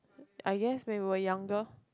I guess when we were younger